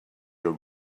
your